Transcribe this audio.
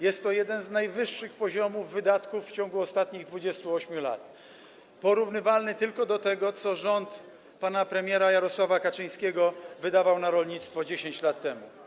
Jest to jeden z najwyższych poziomów wydatków w ciągu ostatnich 28 lat, porównywalny tylko z tym, co rząd pana premiera Jarosława Kaczyńskiego wydawał na rolnictwo 10 lat temu.